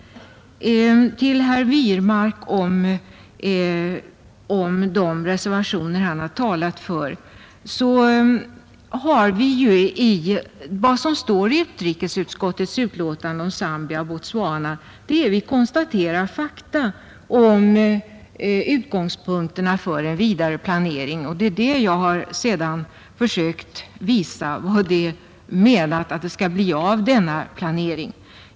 Om de reservationer som herr Wirmark talade för vill jag säga att utrikesutskottet i sitt utlåtande om Zambia och Botswana redovisar fakta om utgångspunkterna för en vidare planering. Jag har sökt visa vad det avses med denna planering.